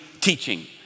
teaching